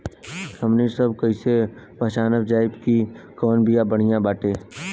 हमनी सभ कईसे पहचानब जाइब की कवन बिया बढ़ियां बाटे?